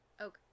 Okay